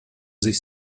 sich